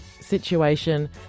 situation